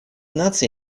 наций